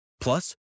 Plus